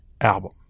album